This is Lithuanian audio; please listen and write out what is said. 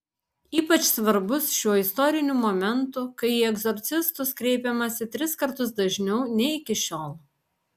ypač svarbus šiuo istoriniu momentu kai į egzorcistus kreipiamasi tris kartus dažniau nei iki šiol